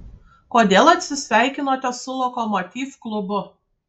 kodėl atsisveikinote su lokomotiv klubu